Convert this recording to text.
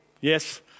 Yes